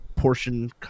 Portion